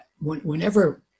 whenever